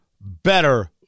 better